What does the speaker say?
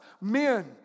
Men